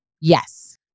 Yes